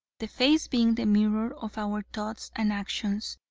the face being the mirror of our thoughts and actions,